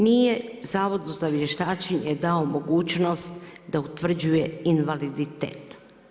Nije Zavodu za vještačenje dao mogućnost da utvrđuje invaliditet.